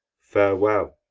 farewell,